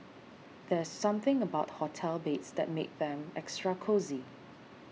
there's something about hotel beds that makes them extra cosy